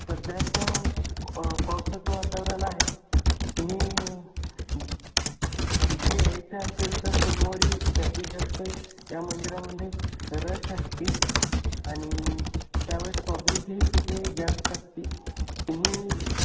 सध्याचं पावसाचं वातावरण आहे तुम्ही इथे यायचं असेल तर सोमवारी जास्तीत जास्त या मंदिरामध्ये रश असते आणि त्यावेळेस पब्लिकही तिथे जास्त असते तुम्ही